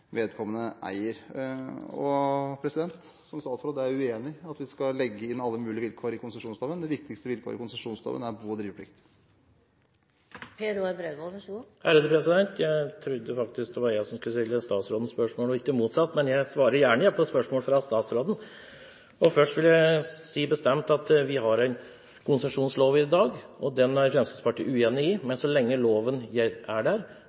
vedkommende eier. Som statsråd er jeg uenig i at vi skal legge inn alle mulige vilkår i konsesjonsloven. Det viktigste vilkåret i konsesjonsloven er bo- og driveplikt. Jeg trodde faktisk det var jeg som skulle stille statsråden spørsmål og ikke motsatt, men jeg svarer gjerne på spørsmål fra statsråden. Først vil jeg bestemt si at vi har en konsesjonslov i dag, og den er Fremskrittspartiet uenig i, men så lenge loven er der,